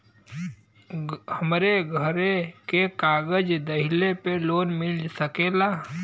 हमरे घरे के कागज दहिले पे लोन मिल सकेला?